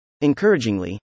Encouragingly